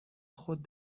خود